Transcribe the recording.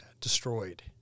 destroyed